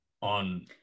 on